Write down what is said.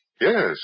Yes